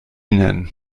nennen